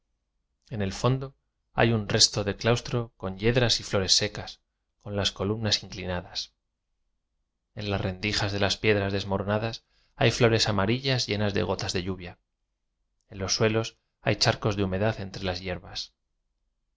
en el fondo hay un resto de claustro con ye dras y flores secas con las columnas inclinadas en las rendijas de las piedras des moronadas hay flores amarillas llenas de gotas de lluvia en los suelos hay charcos de humedad entre las hierbas